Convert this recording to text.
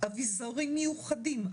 אביזרים מיוחדים,